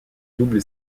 double